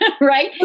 Right